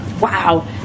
Wow